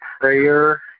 Prayer